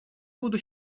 буду